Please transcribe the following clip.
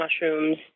mushrooms